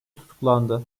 tutuklandı